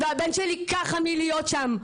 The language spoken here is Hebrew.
והבן שלי "ככה" מלהיות שם.